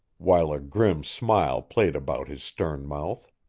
while a grim smile played about his stern mouth.